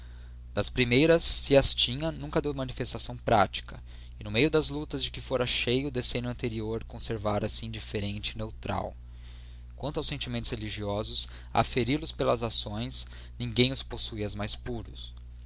das primeiras se as tinha nunca deu manifestação prática e no meio das lutas de que fora cheio o decênio anterior conservara se indiferente e neutral quanto aos sentimentos religiosos a aferi los pelas ações ninguém os possuía mais puros